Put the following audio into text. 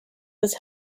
was